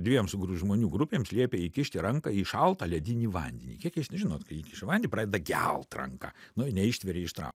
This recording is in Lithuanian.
dviems su žmonių grupėms liepia įkišti ranką į šaltą ledinį vandenį kiek jūs žinot kai vandenį pradeda gelt ranką nu neištveri ištara